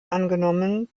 angenommen